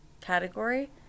category